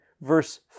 Verse